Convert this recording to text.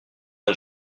n’a